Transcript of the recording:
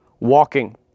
Walking